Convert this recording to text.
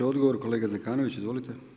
Odgovor kolega Zekanović, izvolite.